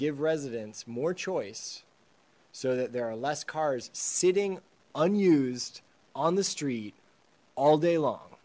give residents more choice so that there are less cars sitting unused on the street all day long